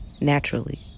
naturally